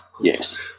Yes